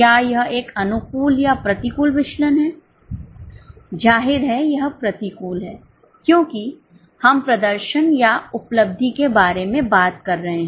क्या यह एक अनुकूल या प्रतिकूल विचलन है जाहिर है यह प्रतिकूल है क्योंकि हम प्रदर्शन या उपलब्धि के बारे में बात कर रहे हैं